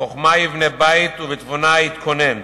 "בחכמה יבנה בית ובתבונה יתכונן".